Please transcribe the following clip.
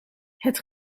het